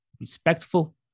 respectful